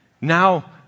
Now